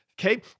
okay